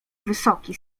wysoki